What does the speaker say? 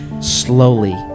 Slowly